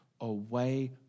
away